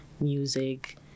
music